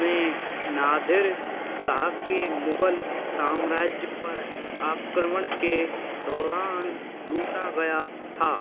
में Nadir Shah के मुगल साम्राज्य पर आक्रमण के दौरान लूटा गया था